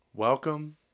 Welcome